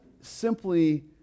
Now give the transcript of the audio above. simply